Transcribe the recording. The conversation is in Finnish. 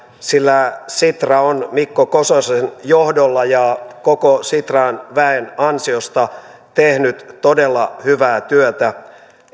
sillä sitra on mikko kososen johdolla ja koko sitran väen ansiosta tehnyt todella hyvää työtä